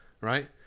Right